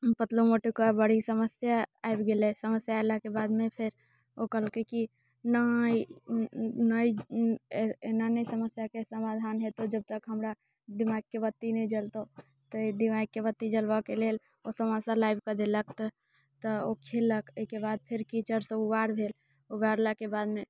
पतलू मोटूके बड़ी समस्या आबि गेलै समस्या अयलाके बादमे फेर ओ कहलकै कि नहि नहि एना नहि समस्याके समाधान हेतौ जब तक हमरा दिमागके बत्ती नहि जलतौ तऽ दिमागके बत्ती जलबयके लेल तऽ ओ समोसा लाबि कऽ देलक तऽ ओ खेलक एहिके बाद फेर कीचड़सँ उबार भेल उबारलाके बादमे